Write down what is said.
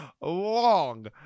long